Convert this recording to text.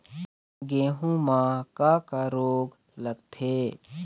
गेहूं म का का रोग लगथे?